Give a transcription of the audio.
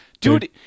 Dude